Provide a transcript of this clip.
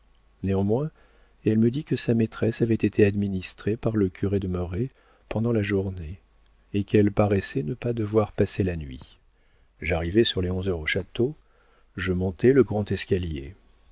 néanmoins elle me dit que sa maîtresse avait été administrée par le curé de merret pendant la journée et qu'elle paraissait ne pas devoir passer la nuit j'arrivai sur les onze heures au château je montai le grand escalier